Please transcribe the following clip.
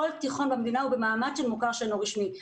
כל תיכון במדינה הוא במעמד של מוכר שאינו רשמי,